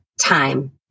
time